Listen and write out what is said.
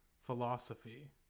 philosophy